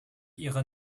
ihre